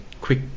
quick